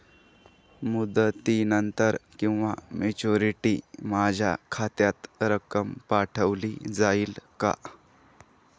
मुदतीनंतर किंवा मॅच्युरिटी माझ्या खात्यात रक्कम पाठवली जाईल का?